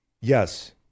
yes